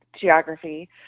geography